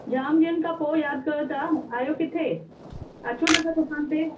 जाम ॾींहंनि खां पोइ यादि कयो था आहियो किथे अचो नथा दुकान ते